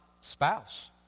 spouse